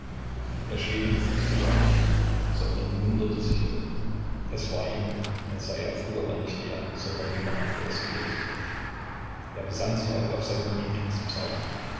er schämte sich sogar nicht sondern wunderte sich nur es war ihm als sei es früher gar nicht er sondern jemand anderer gewesen er besann sich auch auf seinen